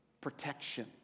protection